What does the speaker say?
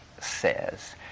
says